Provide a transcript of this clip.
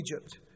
Egypt